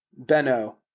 Benno